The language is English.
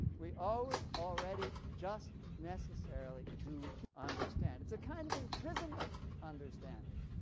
we always already just necessarily do understand. it's a kind of imprisonment, understanding,